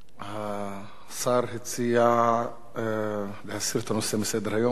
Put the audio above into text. השר הציע להסיר את הנושא מסדר-היום ועל כן אנחנו מקיימים הצבעה.